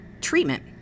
treatment